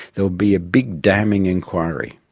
there will be a big, damning inquiry.